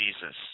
Jesus